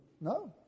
No